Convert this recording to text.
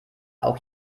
auch